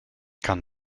kann